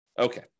Okay